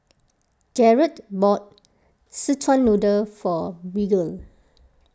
Garret bought Szechuan Noodle for Bridger